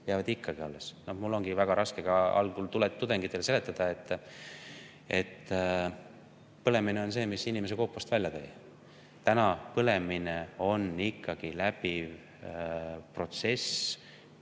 jäävad ikkagi alles. Mul ongi väga raske algul tudengitele seletada, et põlemine on see, mis inimese koopast välja tõi. Põlemine on praegu ikkagi läbiv protsess